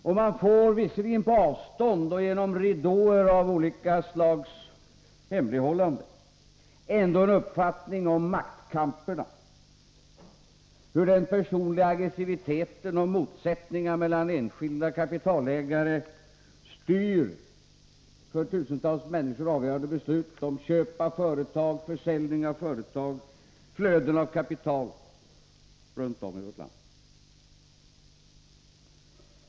Och man får — låt vara på avstånd och genom ridåer av olika slags hemlighållanden — en uppfattning om maktkamperna, hur den personliga aggressiviteten och motsättningar mellan enskilda kapitalägare styr för tusentals människor avgörande beslut: köp av företag, försäljning av företag och flöden av kapital runt om i vårt land.